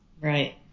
Right